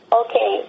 okay